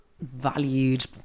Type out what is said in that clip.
valued